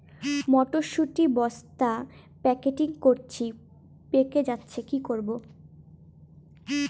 মটর শুটি বস্তা প্যাকেটিং করেছি পেকে যাচ্ছে কি করব?